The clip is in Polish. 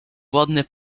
ładny